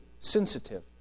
sensitive